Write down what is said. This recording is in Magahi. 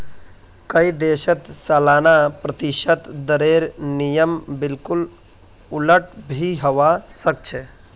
कई देशत सालाना प्रतिशत दरेर नियम बिल्कुल उलट भी हवा सक छे